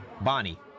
Bonnie